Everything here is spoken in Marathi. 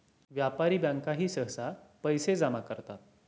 व्यापारी बँकाही सहसा पैसे जमा करतात